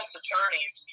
attorneys